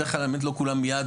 בדרך כלל לא כולם מיד,